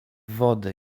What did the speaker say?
wody